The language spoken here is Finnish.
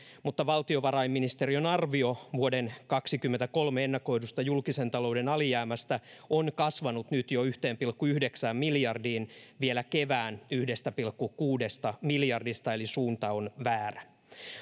mutta valtiovarainministeriön arvio vuoden kaksikymmentäkolme ennakoidusta julkisen talouden alijäämästä on kasvanut nyt jo yhteen pilkku yhdeksään miljardiin kevään yhdestä pilkku kuudesta miljardista eli suunta on väärä